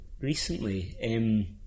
recently